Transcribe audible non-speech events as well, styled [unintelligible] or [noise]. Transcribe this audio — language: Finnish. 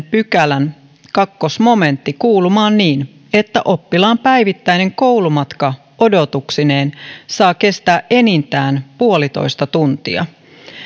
[unintelligible] pykälän toinen momentti kuulumaan niin että oppilaan päivittäinen koulumatka odotuksineen saa kestää enintään puolitoista tuntia